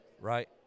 Right